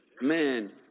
man